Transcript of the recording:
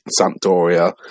Sampdoria